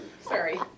Sorry